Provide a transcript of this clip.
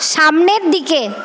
সামনের দিকে